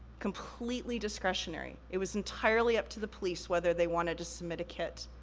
completely discretionary. it was entirely up to the police whether they wanted to submit a kit.